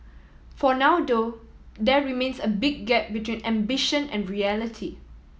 for now though there remains a big gap between ambition and reality